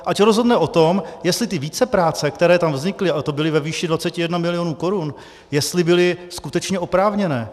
Ať rozhodne o tom, jestli ty vícepráce, které tam vznikly, a to byly ve výši 21 milionů korun, jestli byly skutečně oprávněné.